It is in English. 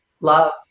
love